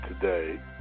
today